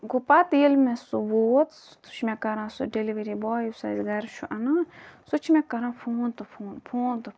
گوٚو پَتہٕ ییٚلہِ مےٚ سُہ ووت سُہ چھُ مےٚ کَران سُہ ڈیٚلؤری باے یُس اسہِ گَھرٕ چھُ اَنان سُہ چھُ مےٚ کَران فون تہٕ فون فون تہٕ فون